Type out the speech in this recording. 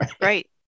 Right